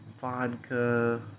vodka